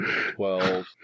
twelve